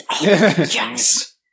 Yes